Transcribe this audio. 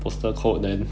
postal code then